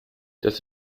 das